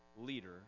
leader